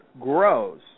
grows